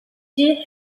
she